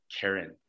Karen